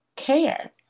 Care